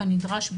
כנדרש,